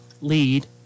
lead